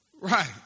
right